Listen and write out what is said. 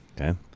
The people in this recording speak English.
Okay